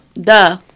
duh